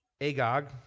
Agog